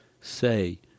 Say